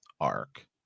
arc